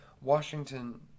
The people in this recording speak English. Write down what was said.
Washington